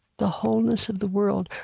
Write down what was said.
the wholeness of the world,